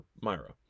Myra